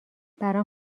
برام